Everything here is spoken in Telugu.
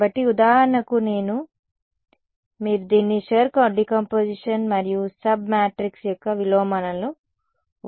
కాబట్టి ఉదాహరణకు నేను ఉంటే మీరు దీన్ని షుర్ డికంపొజిషన్ మరియు సబ్ మ్యాట్రిక్స్ యొక్క విలోమాలను ఉపయోగించి విభజించవచ్చు